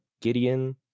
Gideon